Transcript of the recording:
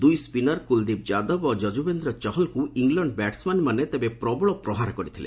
ଦୁଇ ସ୍ୱିନର୍ କୁଲ୍ଦୀପ ଯାଦବ ଓ ଯଜୁବେନ୍ଦ୍ର ଚହଲଙ୍କୁ ଇଲଣ୍ଡ ବ୍ୟାଟ୍ସମ୍ୟାନ୍ମାନେ ପ୍ରବଳ ପ୍ରହାର କରିଥିଲେ